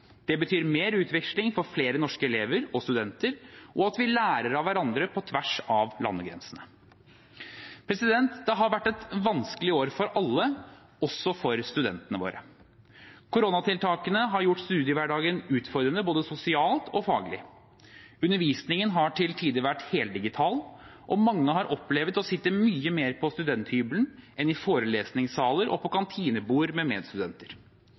Det betyr mer utveksling for flere norske elever og studenter, og at vi lærer av hverandre på tvers av landegrensene. Det har vært et vanskelig år for alle, også for studentene våre. Koronatiltakene har gjort studiehverdagen utfordrende både sosialt og faglig. Undervisningen har til tider vært heldigital, og mange har opplevd å sitte mye mer på studenthybelen enn i forelesningssaler og ved kantinebord med medstudenter.